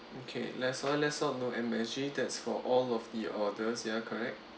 okay less oil less salt no M_S_G that's for all of the orders ya correct